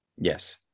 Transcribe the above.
Yes